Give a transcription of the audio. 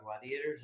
Gladiators